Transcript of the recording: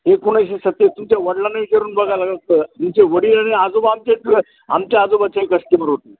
एकोणीसशे सत्ते तुमच्या वडिलांना विचारून बघा लागत तुमचे वडील आणि आजोबा आमचे आमच्या आजोबाचेही कस्टमर होतील